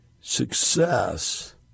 success